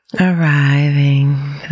arriving